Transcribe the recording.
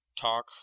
talk